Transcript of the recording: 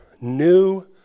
new